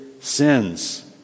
sins